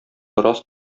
бераз